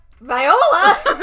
Viola